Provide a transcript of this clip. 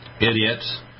idiots